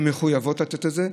שמחויבות לתת את זה.